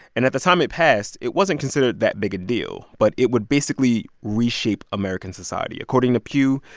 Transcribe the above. and at the time it passed, it wasn't considered that big a deal. but it would basically reshape american society. according to pew,